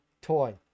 toy